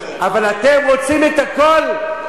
אבל אתם רוצים את הכול,